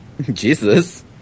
Jesus